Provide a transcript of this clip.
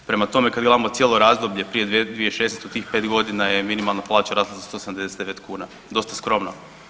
Prema tome kad gledamo cijelo razdoblje prije 2016. u tih 5 godina je minimalna plaća rasla za 179 kuna, dosta skromno.